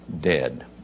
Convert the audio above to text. dead